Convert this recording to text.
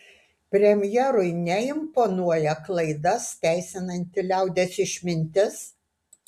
premjerui neimponuoja klaidas teisinanti liaudies išmintis